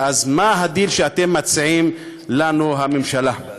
אז מה הדיל שאתם מציעים לנו, הממשלה?